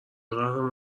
قهرمان